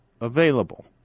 available